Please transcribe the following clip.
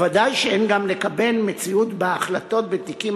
ודאי שאין גם לקבל גם מציאות שבה ההחלטות בתיקים